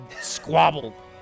squabble